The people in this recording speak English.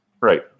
Right